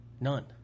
None